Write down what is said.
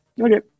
Okay